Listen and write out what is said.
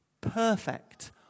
Perfect